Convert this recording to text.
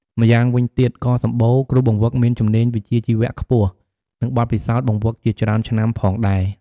ម្យ៉ាងវិញទៀតក៏សម្បូរ គ្រូបង្វឹកមានជំនាញវិជ្ជាជីវៈខ្ពស់ និងបទពិសោធន៍បង្វឹកជាច្រើនឆ្នាំផងដែរ។